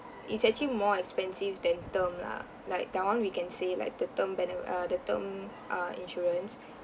it's actually more expensive than term lah like that one we can say like the term bene~ uh the term uh insurance